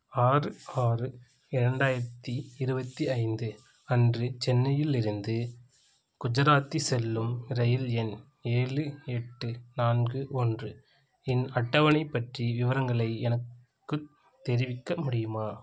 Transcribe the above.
ஆறு ஆறு இரண்டாயிரத்தி இருபத்தி ஐந்து அன்று சென்னையிலிருந்து குஜராத் செல்லும் இரயில் எண் ஏழு எட்டு நான்கு ஒன்று இன் அட்டவணைப் பற்றி விவரங்களை எனக்குத் தெரிவிக்க முடியுமா